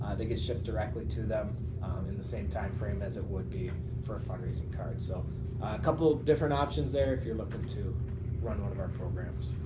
ah they get shipped directly to them in the same time frame as it would be for a fundraising card. so a couple different options there if you're looking to run one of our programs.